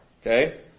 Okay